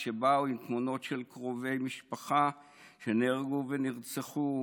שבאו עם תמונות של קרובי משפחה שנהרגו ונרצחו.